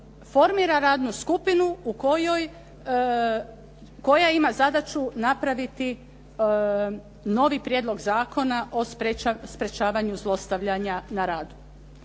formira radnu skupinu u kojoj, koja ima zadaću napraviti novi prijedlog zakona o spriječavanju zlostavljanja na radu.